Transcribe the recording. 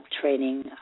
training